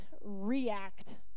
react